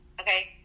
Okay